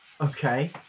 okay